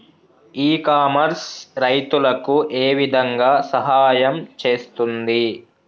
ఇ commerce రైతులకు ఏ విధంగా సహాయం చేస్తుంది?